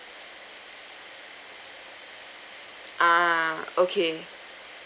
uh okay